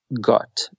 got